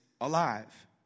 Alive